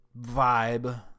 Vibe